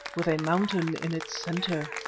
with a mountain in its centre.